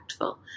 impactful